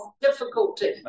difficulty